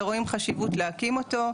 ורואים חשיבות להקים אותו,